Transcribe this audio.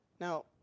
Now